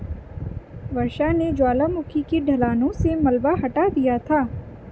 वर्षा ने ज्वालामुखी की ढलानों से मलबा हटा दिया था